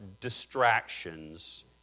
distractions